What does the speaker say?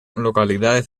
localidades